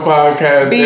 Podcast